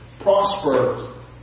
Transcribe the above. prosper